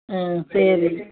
ஆ சரி